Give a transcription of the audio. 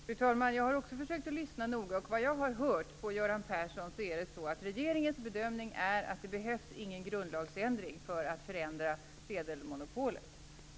Fru talman! Också jag har försökt att lyssna noga, och såvitt jag har hört från Göran Persson är regeringens bedömning att det inte behövs någon grundlagsändring för att förändra sedelmonopolet.